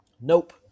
Nope